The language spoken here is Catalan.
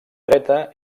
dreta